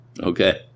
Okay